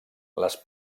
les